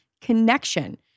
connection